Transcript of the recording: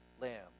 lamb